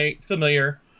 familiar